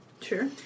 Sure